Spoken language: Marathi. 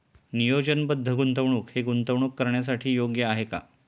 नियोजनबद्ध गुंतवणूक हे गुंतवणूक करण्यासाठी योग्य आहे का?